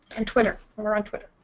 and twitter. we're on twitter.